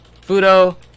Fudo